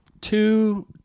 two